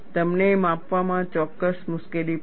તમને માપવામાં ચોક્કસ મુશ્કેલી પડશે